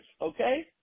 okay